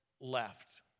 left